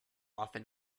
often